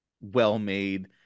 well-made